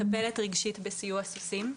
רגשית בסיוע סוסים.